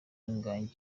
ingagi